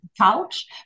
couch